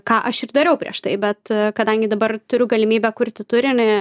ką aš ir dariau prieš tai bet kadangi dabar turiu galimybę kurti turinį